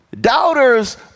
Doubters